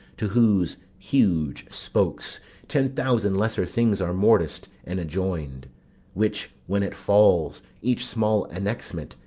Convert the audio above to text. to whose huge spokes ten thousand lesser things are mortis'd and adjoin'd which, when it falls, each small annexment,